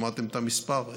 שמעתם את המספר?